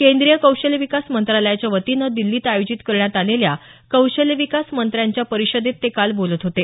केंद्रीय कौशल्य विकास मंत्रालयाच्या वतीनं दिछीत आयोजित करण्यात आलेल्या कौशल्य विकास मंत्र्यांच्या परिषदेत ते काल बोलत होते